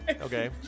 okay